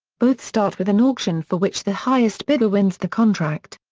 both start with an auction for which the highest bidder wins the contract.